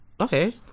Okay